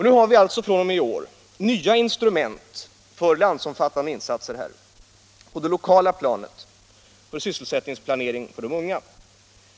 Nu har vi alltså fr.o.m. i år nya instrument för landsomfattande insatser på det lokala planet som gäller sysselsättningsplanering för de unga.